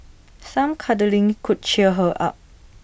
some cuddling could cheer her up